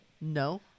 no